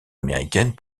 américaine